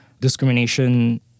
Discrimination